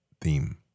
Theme